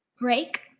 Break